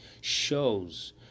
shows